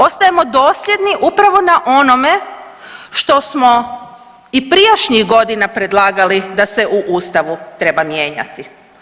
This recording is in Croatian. Ostajemo dosljedni upravo na onome što smo i prijašnjih godina predlagali da se u Ustavu treba mijenjati.